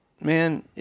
man